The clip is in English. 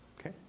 okay